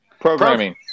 Programming